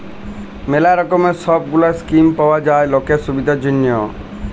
ম্যালা রকমের সব গুলা স্কিম পাওয়া যায় লকের সুবিধার জনহ